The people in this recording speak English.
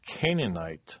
Canaanite